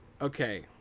Okay